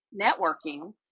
networking